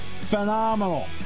Phenomenal